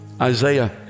Isaiah